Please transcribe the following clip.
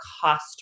cost